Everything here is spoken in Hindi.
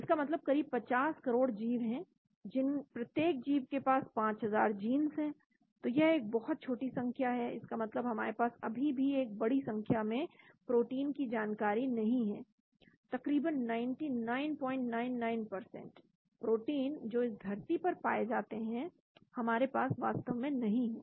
इसका मतलब करीब 50 करोड़ जीव है प्रत्येक जीव के पास 5000 जींस हैं तो यह एक बहुत छोटी संख्या है इसका मतलब हमारे पास अभी भी एक बड़ी संख्या में प्रोटीन की जानकारी नहीं है तकरीबन 9999 प्रोटीन जो इस धरती पर पाए जाते हैं हमारे पास वास्तव में नहीं है